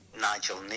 Nigel